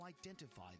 identify